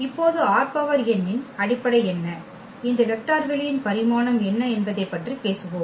இப்போது ℝn இன் அடிப்படை என்ன இந்த வெக்டர் வெளியன் பரிமாணம் என்ன என்பதைப் பற்றி பேசுவோம்